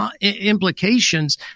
implications